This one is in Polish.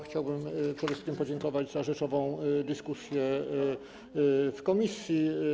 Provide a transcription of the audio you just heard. Chciałbym przede wszystkim podziękować za rzeczową dyskusję w ramach komisji.